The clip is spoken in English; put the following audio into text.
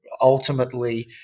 ultimately